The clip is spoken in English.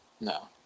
No